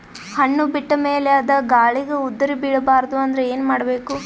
ಹಣ್ಣು ಬಿಟ್ಟ ಮೇಲೆ ಅದ ಗಾಳಿಗ ಉದರಿಬೀಳಬಾರದು ಅಂದ್ರ ಏನ ಮಾಡಬೇಕು?